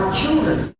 children?